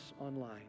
online